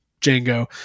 Django